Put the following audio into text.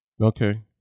Okay